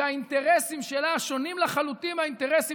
שהאינטרסים שלה שונים לחלוטין מהאינטרסים